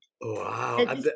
Wow